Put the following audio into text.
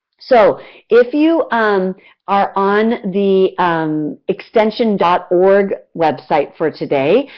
so if you um are on the extension dot org website for today,